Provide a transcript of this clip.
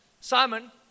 Simon